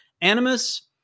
Animus